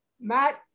Matt